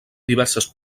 diversos